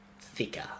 thicker